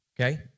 Okay